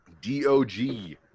D-O-G